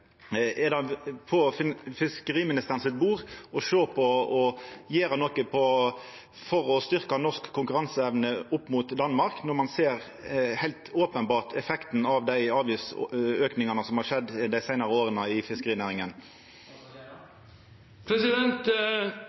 Er det på fiskeriministeren sitt bord å sjå på og gjera noko for å styrkja norsk konkurranseevne opp mot Danmark, når ein ser – heilt openbart – effekten av dei avgiftsaukane som har skjedd dei seinare åra i fiskerinæringa?